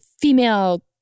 female